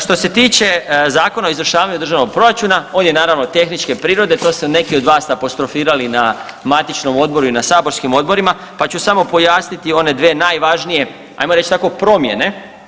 Što se tiče Zakona o izvršavanju državnog proračuna on je naravno tehničke prirode, to su neki od vas apostrofirali na matičnom odboru i na saborskim odborima pa ću samo pojasniti one dvije najvažnije ajmo reći tako promjene.